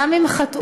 גם אם חטאו,